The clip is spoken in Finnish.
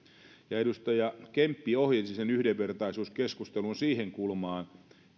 edustaja kemppi ohjasi yhdenvertaisuuskeskustelun siihen kulmaan